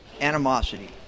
animosity